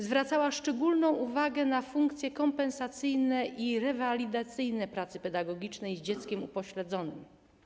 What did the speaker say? Zwracała szczególną uwagę na funkcje kompensacyjne i rewalidacyjne pracy pedagogicznej z dzieckiem upośledzonym.